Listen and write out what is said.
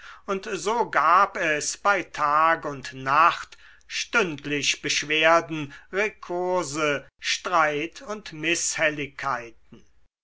und so gab es bei tag und bei nacht stündlich beschwerden rekurse streit und